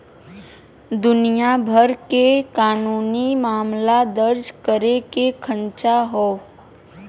दुनिया भर के कानूनी मामला दर्ज करे के खांचा हौ